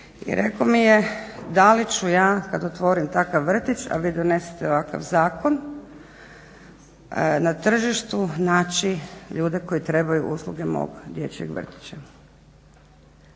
I rekao mi je da li ću ja kad otvorim takav vrtić, a vi donesete ovakav zakon na tržištu naći ljude koji trebaju usluge mog dječjeg vrtića.